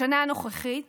בשנה הנוכחית